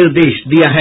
निर्देश दिया है